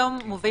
לא,